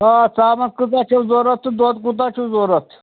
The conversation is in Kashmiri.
آ ژامَن کۭژاہ چھَو ضروٗرت تہٕ دۄد کوٗتاہ چھُو ضروٗرت